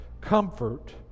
comfort